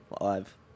live